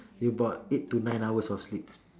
about eight to nine hours of sleep